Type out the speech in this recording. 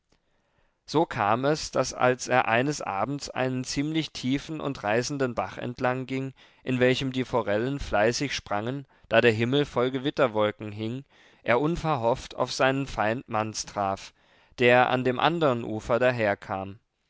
so kam es daß als er eines abends einen ziemlich tiefen und reißenden bach entlang ging in welchem die forellen fleißig sprangen da der himmel voll gewitterwolken hing er unverhofft auf seinen feind manz traf der an dem andern ufer daherkam